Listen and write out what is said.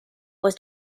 was